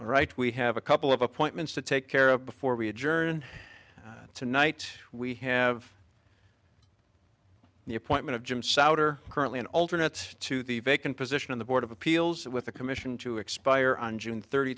right we have a couple of appointments to take care of before we adjourn tonight we have the appointment of jim souter currently an alternate to the vacant position of the board of appeals with a commission to expire on june thirt